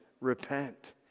repent